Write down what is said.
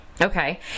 Okay